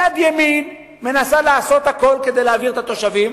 יד ימין מנסה לעשות הכול כדי להעביר את התושבים,